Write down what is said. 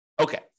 Okay